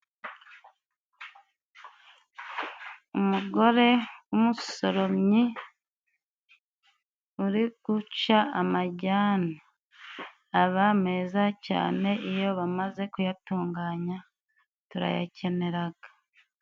Umugore w'umusoromyi uri guca amajyane. Aba meza cyane! Iyo bamaze kuyatunganya, turayakeneraga.